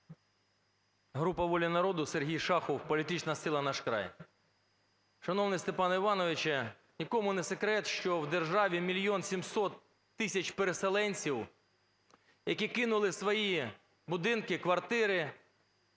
Група "Воля народу", Сергій Шахов, політична сила "Наш край". Шановний Степане Івановичу, ні для кого не секрет, що в державі 1 мільйон 700 тисяч переселенців, які кинули свої будинки, квартири,